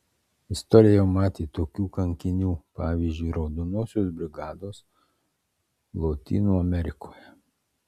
istorija jau matė tokių kankinių pavyzdžiui raudonosios brigados lotynų amerikoje